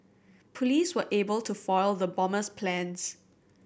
police were able to foil the bomber's plans